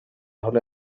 حال